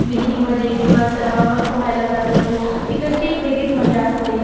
विहिरीमध्ये किंवा तलावावर पोहायला जात असतो तिकडची एक वेगळीच मजा असते